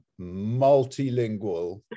multilingual